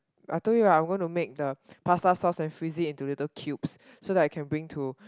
I told you I'm going to make the pasta sauce and freeze it into little cubes so that I can bring to